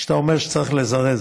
אתה אומר שצריך לזרז.